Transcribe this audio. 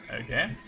Okay